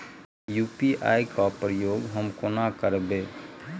UPI केँ प्रयोग हम कोना करबे?